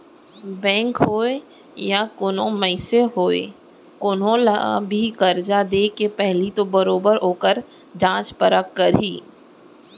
bank होवय या कोनो मनसे होवय कोनो ल भी करजा देके पहिली तो बरोबर ओखर जाँच परख करही